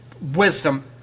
wisdom